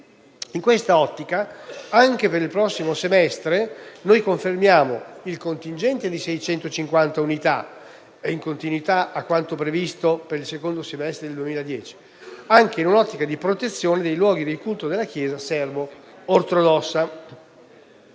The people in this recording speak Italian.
In tale prospettiva, anche per il prossimo semestre si conferma il dispiegamento di un contingente di 650 unità, in continuità con quanto previsto per il secondo semestre del 2010, anche in un'ottica di protezione dei luoghi di culto della chiesa serbo-ortodossa.